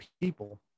people